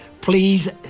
Please